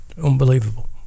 unbelievable